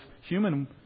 human